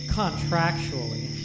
contractually